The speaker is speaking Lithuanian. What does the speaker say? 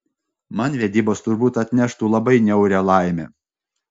man vedybos turbūt atneštų labai niaurią laimę